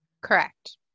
Correct